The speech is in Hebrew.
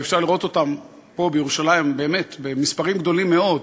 ואפשר לראות אותם פה בירושלים באמת במספרים גדולים מאוד,